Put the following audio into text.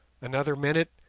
another minute,